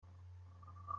nan